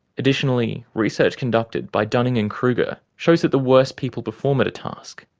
additionally, research conducted by dunning and kruger shows that the worse people perform at a task,